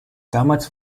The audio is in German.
damals